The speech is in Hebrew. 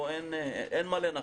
אין מה לנחש.